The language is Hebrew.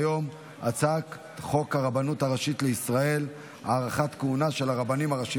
הצעת חוק הרבנות הראשית לישראל (הארכת כהונה של הרבנים הראשיים